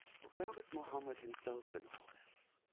but where was muhammad himself in all this?